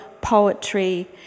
poetry